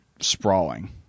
sprawling